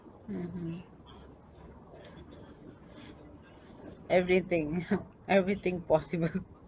mmhmm everything everything possible